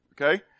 okay